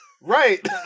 Right